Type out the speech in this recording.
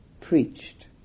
preached